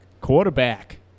Quarterback